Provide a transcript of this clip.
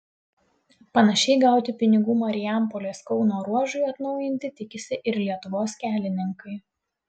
panašiai gauti pinigų marijampolės kauno ruožui atnaujinti tikisi ir lietuvos kelininkai